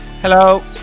Hello